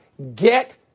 Get